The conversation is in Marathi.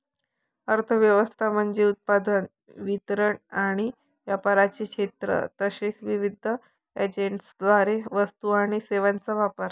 अर्थ व्यवस्था म्हणजे उत्पादन, वितरण आणि व्यापाराचे क्षेत्र तसेच विविध एजंट्सद्वारे वस्तू आणि सेवांचा वापर